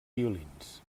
violins